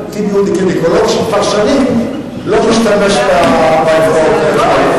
חבר הכנסת טיבי הוא גינקולוג שכבר שנים לא משתמש באצבעות בצורה נכונה.